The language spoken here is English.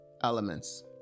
elements